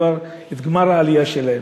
את גמר העלייה שלהם.